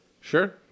Sure